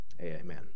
amen